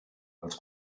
els